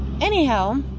Anyhow